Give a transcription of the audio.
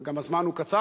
גם הזמן הוא קצר.